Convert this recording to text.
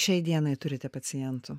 šiai dienai turite pacientų